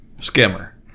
skimmer